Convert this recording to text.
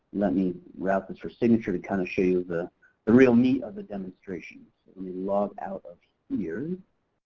let me route this for signature to kind of show you the the real meat of the demonstration. so let me log out of here.